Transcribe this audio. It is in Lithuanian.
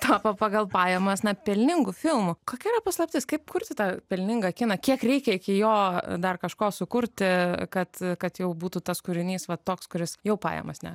tapo pagal pajamas na pelningu filmu kokia yra paslaptis kaip kurti tą pelningą kiną kiek reikia iki jo dar kažko sukurti kad kad jau būtų tas kūrinys va toks kuris jau pajamas neša